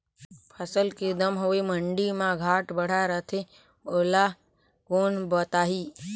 फसल के दम हवे मंडी मा घाट बढ़ा रथे ओला कोन बताही?